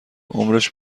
عمرش